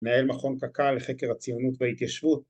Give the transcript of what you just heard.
מנהל מכון קק"ל לחקר הציונות וההתיישבות